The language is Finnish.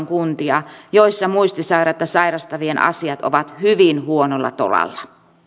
kuntia joissa muistisairautta sairastavien asiat ovat hyvin huonolla tolalla